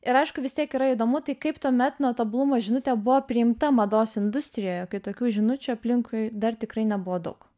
ir aišku vis tiek yra įdomu tai kaip tuomet netobulumo žinutė buvo priimta mados industrijoje kai tokių žinučių aplinkui dar tikrai nebuvo daug